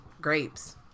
grapes